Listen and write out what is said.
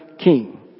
king